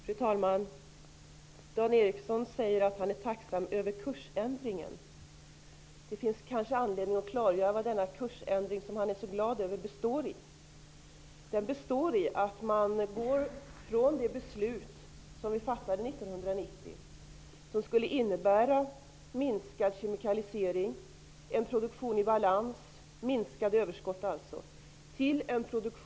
Fru talman! Dan Ericsson i Kolmården säger att han är tacksam över kursändringen. Det finns kanske anledning att klargöra i vad denna kursändring består som han är så glad över. Kursändringen består i att man frångår det beslut som riksdagen fattade 1990. Det skulle innebära minskad kemikalisering och en produktion i balans, dvs. minskade överskott.